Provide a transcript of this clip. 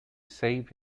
save